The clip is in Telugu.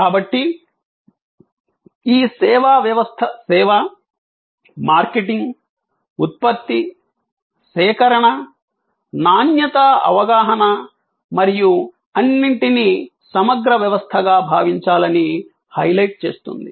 కాబట్టి ఈ సేవా వ్యవస్థ సేవ మార్కెటింగ్ ఉత్పత్తి సేకరణ నాణ్యతా అవగాహన మరియు అన్నింటినీ సమగ్ర వ్యవస్థగా భావించాలని హైలైట్ చేస్తుంది